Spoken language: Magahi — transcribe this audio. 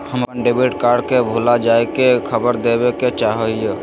हम अप्पन डेबिट कार्ड के भुला जाये के खबर देवे चाहे हियो